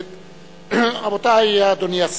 דנון,